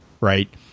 Right